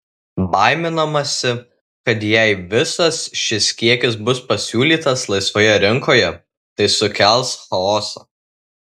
baiminamasi kad jei visas šis kiekis bus pasiūlytas laisvoje rinkoje tai sukels chaosą